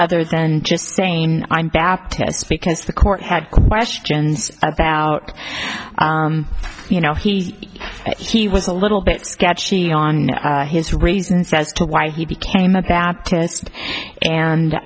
other than just saying i'm baptist because the court had questions about you know he he was a little bit sketchy on his reasons as to why he became a baptist and